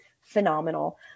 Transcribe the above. phenomenal